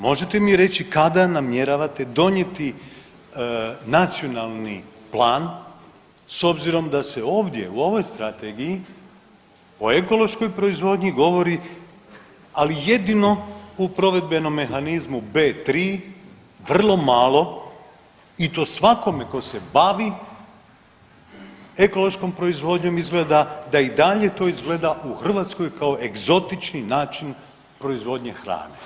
Možete mi reći kada namjeravate donijeti nacionalni plan s obzirom da se ovdje u ovoj strategiji o ekološkoj proizvodnji govori ali jedino u provedbenom mehanizmu B3 vrlo malo i to svakome tko se bavi ekološkom proizvodnjom izgleda da i dalje to izgleda u Hrvatskoj kao egzotični način proizvodnje hrane.